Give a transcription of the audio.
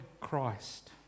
Christ